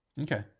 Okay